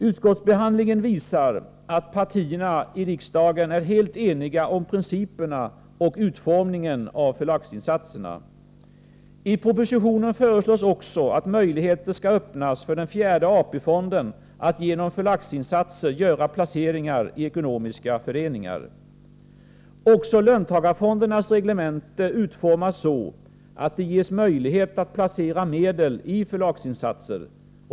Utskottsbehandlingen visar att partierna i riksdagen är helt eniga om principerna för och utformningen av förlagsinsatserna. I propositionen föreslås också att möjligheter skall öppnas för den fjärde AP-fonden att genom förlagsinsatser göra placeringar i ekonomiska föreningar. Även löntagarfondernas reglemente utformas så att fonderna ges möjlighet att placera medel i förlagsinsatser.